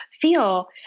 feel